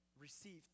received